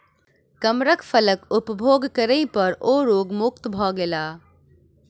कमरख फलक उपभोग करै पर ओ रोग मुक्त भ गेला